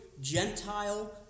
Gentile